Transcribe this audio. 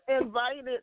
invited